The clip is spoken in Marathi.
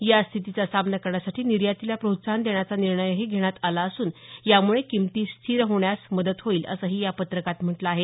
या स्थितीचा सामना करण्यासाठी निर्यातीला प्रोत्साहन देण्याचा निर्णय घेण्यात आला असून यामुळे किंमती स्थिर होण्यास मदत होईल असंही या पत्रकात म्हटलं आहे